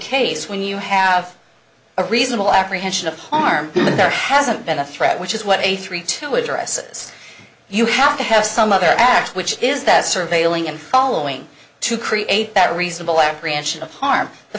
case when you have a reasonable apprehension of harm and there hasn't been a threat which is what a three two addresses you have to have some other act which is that surveilling and following to create that reasonable apprehension of harm the